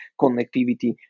connectivity